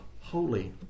holy